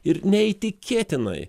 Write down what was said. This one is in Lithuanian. ir neįtikėtinai